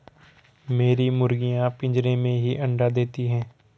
मेरी मुर्गियां पिंजरे में ही अंडा देती हैं